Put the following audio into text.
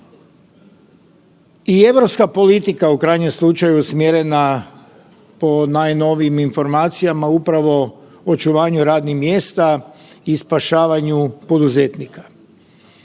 I europska politika u krajnjem slučaju je usmjerena, po najnovijim informacijama, upravo očuvanju radnih mjesta i spašavanju poduzetnika.